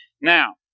Now